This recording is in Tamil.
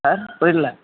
சார் புரியல